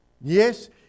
Yes